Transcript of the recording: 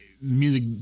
music